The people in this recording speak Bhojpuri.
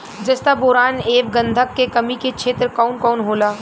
जस्ता बोरान ऐब गंधक के कमी के क्षेत्र कौन कौनहोला?